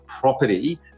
property